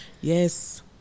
Yes